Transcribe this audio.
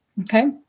okay